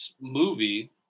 movie